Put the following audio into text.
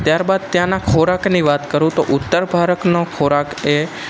ત્યાર બાદ ત્યાંના ખોરાકની વાત કરું તો ઉત્તર ભારતનો ખોરાક એ